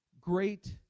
great